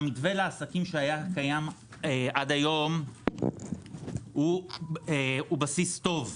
שהמתווה לעסקים שהיה קיים עד היום הוא בסיס טוב.